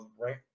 right